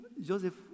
joseph